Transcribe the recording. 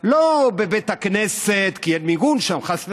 לא בבית הכנסת, כי אין מיגון שם, חס וחלילה,